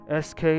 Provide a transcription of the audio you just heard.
SK